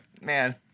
man